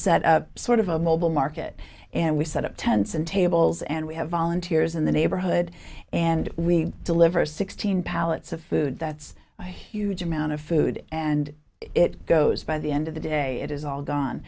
set up sort of a mobile market and we set up tents and tables and we have volunteers in the neighborhood and we deliver sixteen pallets of food that's a huge amount of food and it goes by the end of the day it is all gone